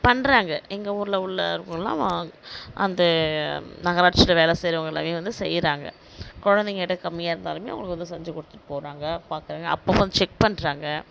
பண்ணுறாங்க எங்கள் ஊரில் உள்ள வா அந்த நகராட்சியில் வேலை செய்கிறவங்க எல்லாமே வந்து செய்யுறாங்க குழந்தைங்க எடை கம்மியாக இருந்தாலுமே அவங்களுக்கு வந்து செஞ்சுக் கொடுத்துட்டு போகிறாங்க பார்க்கறாங்க அப்பப்போ வந்து செக் பண்ணுறாங்க